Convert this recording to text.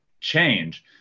change